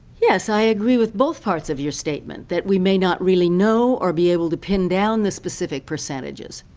yes. i agree with both parts of your statement, that we may not really know or be able to pin down the specific percentages,